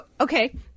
okay